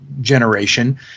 generation